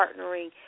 partnering